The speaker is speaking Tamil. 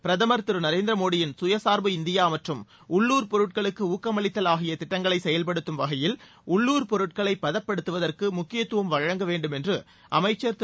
பிரதமர் திரு நரேந்திர மோடியின் கயசார்பு இந்தியா மற்றும் உள்ளூர் பொருட்களுக்கு ஊக்கம் அளித்தல் ஆகிய திட்டங்களை செயல்படுத்தும் வகையில் உள்ளூர் பொருட்களைப் பதப்படுத்துவதற்கு முக்கியத்துவம் வழங்க வேண்டும் என்று அமைச்சர் திரு